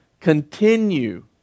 Continue